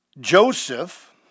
Joseph